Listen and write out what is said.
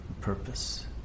purpose